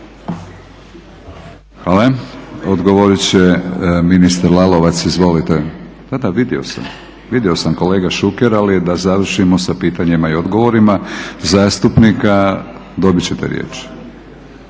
Hvala. Odgovorit će ministar Lalovac. Izvolite. Da, da vidio sam kolega Šuker, ali da završimo sa pitanjima i odgovorima zastupnika. Dobit ćete riječ.